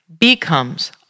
becomes